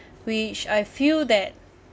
which I feel that